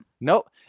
Nope